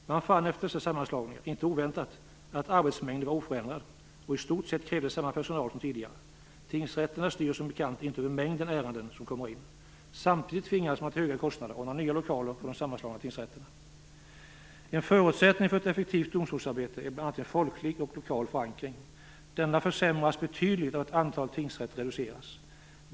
Man fann efter dessa sammanslagningar, inte oväntat, att arbetsmängden var oförändrad och i stort sett krävde samma personal som tidigare. Tingsrätterna styr som bekant inte över mängden ärenden som kommer in. Samtidigt tvingades man att till höga kostnader ordna nya lokaler för de sammanslagna tingsrätterna. En förutsättning för ett effektivt domstolsarbete är bl.a. en folklig och lokal förankring. Denna försämras betydligt av att antalet tingsrätter reduceras.